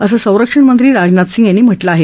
असं संरक्षणमंत्री राजनाथ सिंग यांनी म्हटलं आहे